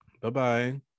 bye-bye